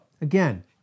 again